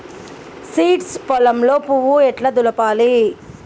Seeds పొలంలో పువ్వు ఎట్లా దులపాలి?